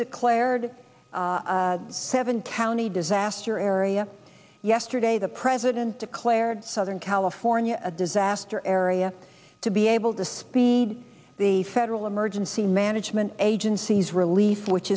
declared seven counties disaster area yesterday the president declared southern california a disaster area to be able to speed the federal emergency management agencies relief which